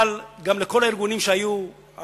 אבל גם לכל הארגונים שהיו: